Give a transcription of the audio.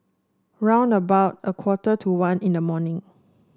round about a quarter to one in the morning